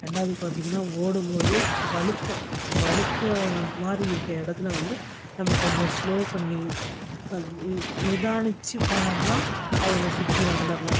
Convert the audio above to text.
ரெண்டாவது பார்த்தீங்கன்னா ஓடும் போது வழுக்கும் வழுக்குற மாதிரி இருக்கற இடத்துல வந்து நம்ம கொஞ்சம் ஸ்லோ பண்ணி நிதானிச்சு போனோம்னால் அதில் சுற்றி வந்துடலாம்